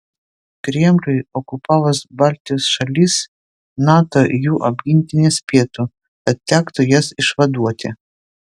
kremliui okupavus baltijos šalis nato jų apginti nespėtų tad tektų jas išvaduoti